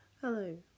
Hello